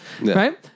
Right